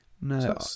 No